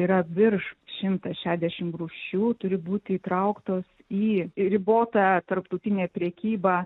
yra virš šimtas šediašim rūšių turi būti įtrauktos į ribotą tarptautinę prekybą